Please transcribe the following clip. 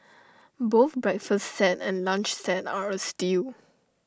both breakfast set and lunch set are A steal